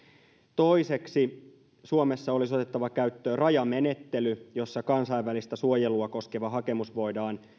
toiseksi suomessa olisi otettava käyttöön rajamenettely jossa kansainvälistä suojelua koskeva hakemus voidaan